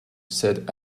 said